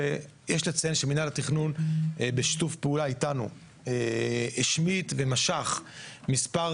יש לציין שמנהל התכנון בשיתוף פעולה איתנו השמיט ומשך מספר